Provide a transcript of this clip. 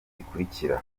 zikurikira